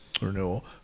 renewal